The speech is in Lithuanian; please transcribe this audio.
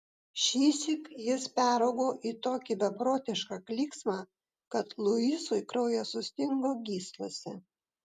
šįsyk jis peraugo į tokį beprotišką klyksmą kad luisui kraujas sustingo gyslose